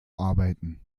arbeiten